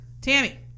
Tammy